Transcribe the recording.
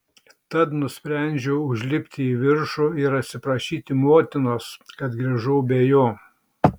tad nusprendžiau užlipti į viršų ir atsiprašyti motinos kad grįžau be jo